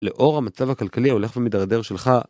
לאור המצב הכלכלי ההולך ומדרדר שלך